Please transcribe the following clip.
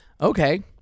Okay